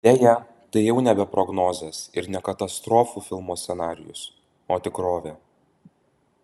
deja tai jau nebe prognozės ir ne katastrofų filmo scenarijus o tikrovė